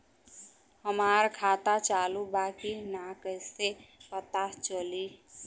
हमार खाता चालू बा कि ना कैसे पता चली?